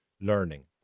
learning